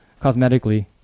cosmetically